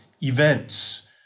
events